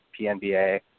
PNBA